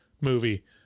movie